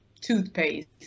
toothpaste